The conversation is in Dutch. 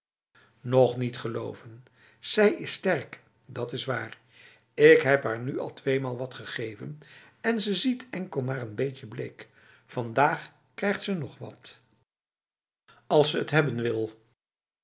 nog niet geloven zij is sterk dat is waar ik heb haar nu al tweemaal wat gegeven en ze ziet enkel maar n beetje bleek vandaag krijgt ze nog watf als ze t hebben wilf